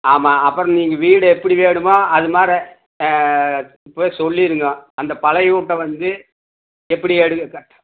ஆமாம் அப்புறோம் நீங்கள் வீடு எப்படி வேணுமோ அதுமாதிரி இப்போவே சொல்லியிருங்கோ அந்த பழைய வீட்ட வந்து எப்படி எது கட்